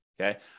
okay